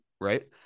right